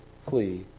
flee